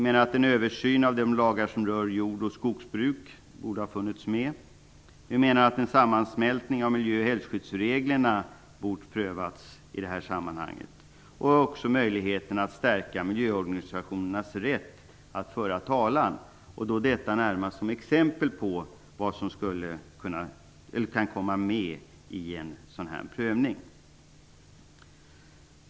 En översyn av de lagar som rör jord och skogsbruk borde ha funnits med. En sammansmältning av miljö och hälsoskyddsreglerna borde ha prövats i detta sammanhang, liksom även möjligheterna att stärka miljöorganisationernas rätt att föra talan - detta närmast som exempel på vad som borde komma med vid en sådan här prövning.